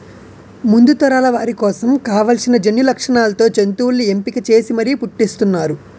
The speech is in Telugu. ముందు తరాల వారి కోసం కావాల్సిన జన్యులక్షణాలతో జంతువుల్ని ఎంపిక చేసి మరీ పుట్టిస్తున్నారు